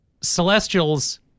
Celestials